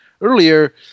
earlier